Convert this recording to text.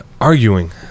arguing